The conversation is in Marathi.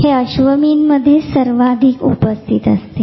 हे अश्वमीनमध्ये सर्वाधिक उपस्थित असते